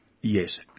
yes